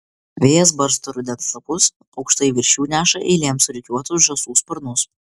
vėjas barsto rudens lapus aukštai virš jų neša eilėm surikiuotus žąsų sparnus